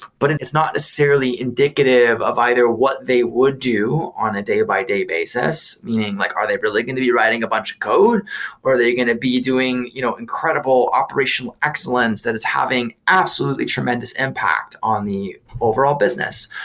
but and it's not necessarily indicative of either what they would do on a day-by-day basis. meaning, like are they really going to be writing a bunch of code or are they going to be doing you know incredible operational excellence that is having absolutely tremendous impact on the overall business?